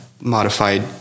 modified